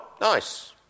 Nice